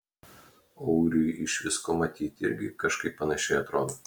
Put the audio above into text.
auriui iš visko matyti irgi kažkaip panašiai atrodo